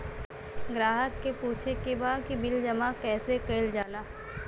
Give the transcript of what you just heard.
ग्राहक के पूछे के बा की बिल जमा कैसे कईल जाला?